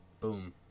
Boom